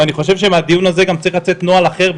אני חושב שמהדיון הזה צריך לצאת נוהל אחר,